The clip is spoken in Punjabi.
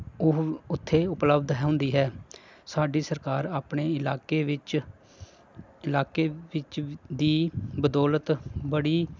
ਉਹ ਉੱਥੇ ਉਪਲਬਧ ਹੁੰਦੀ ਹੈ ਸਾਡੀ ਸਰਕਾਰ ਆਪਣੇ ਇਲਾਕੇ ਵਿੱਚ ਇਲਾਕੇ ਵਿੱਚ ਦੀ ਬਦੌਲਤ ਬੜੀ